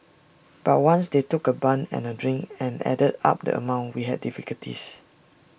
but once they took A bun and A drink and added up the amount we had difficulties